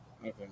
Okay